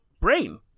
brain